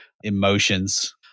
emotions